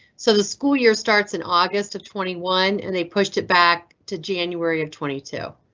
so the school year starts in august of twenty one, and they pushed it back to january of twenty two.